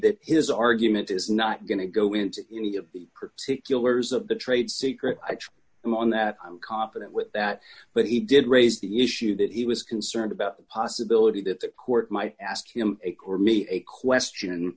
that his argument is not going to go into any of the particulars of the trade secret i'm on that i'm confident with that but he did raise the issue that he was concerned about the possibility that the court might ask him a core me a question